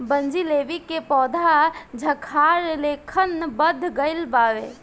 बनजीलेबी के पौधा झाखार लेखन बढ़ गइल बावे